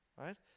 Right